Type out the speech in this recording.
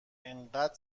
انقدر